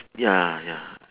ya ya